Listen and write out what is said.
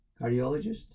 cardiologist